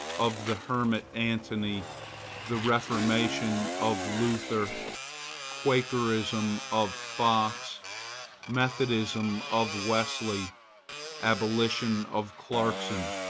of the hermit antony the reformation, of luther quakerism, of fox methodism, of wesley abolition, of clarkson.